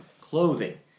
clothing